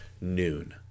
noon